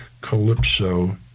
Calypso